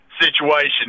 situation